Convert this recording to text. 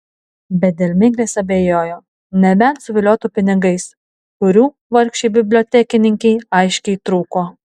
bet dėl miglės abejojo nebent suviliotų pinigais kurių vargšei bibliotekininkei aiškiai trūko